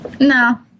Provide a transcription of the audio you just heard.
No